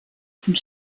sind